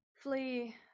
Flee